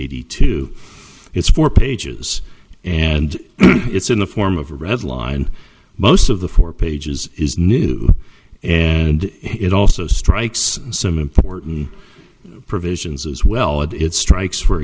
eighty two it's four pages and it's in the form of a red line most of the four pages is new and it also strikes some important provisions as well and it strikes for